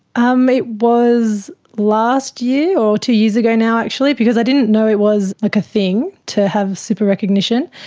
um it was last year or two years ago now actually because i didn't know it was like a thing to have super recognition.